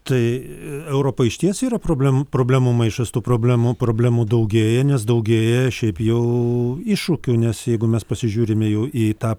tai europa išties yra problemų problemų maišas tų problemų problemų daugėja nes daugėja šiaip jau iššūkių nes jeigu mes pasižiūrime jau į tą